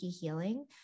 healing